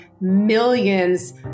Millions